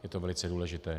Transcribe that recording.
Je to velice důležité.